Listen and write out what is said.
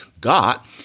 got